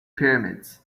pyramids